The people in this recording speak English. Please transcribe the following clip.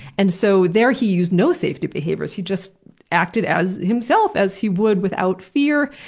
and so, there he used no safety behaviors, he just acted as himself as he would without fear,